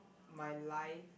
my life